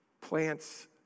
plants